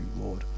Lord